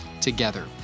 together